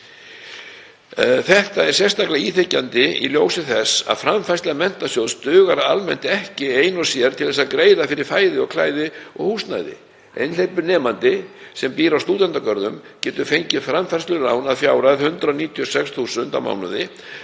Þetta er sérstaklega íþyngjandi í ljósi þess að framfærsla Menntasjóðs dugar almennt ekki ein og sér til að greiða fyrir fæði, klæði og húsnæði. Einhleypur nemandi sem býr á stúdentagörðum getur fengið framfærslulán að fjárhæð 196.040 kr. á mánuði